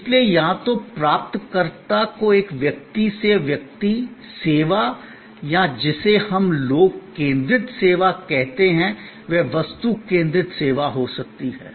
इसलिए या तो प्राप्तकर्ता को एक व्यक्ति से व्यक्ति सेवा या जिसे हम लोग केंद्रित सेवा कहते हैं वह वस्तु केंद्रित सेवा हो सकती है